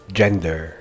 gender